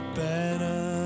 better